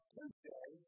Tuesday